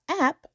app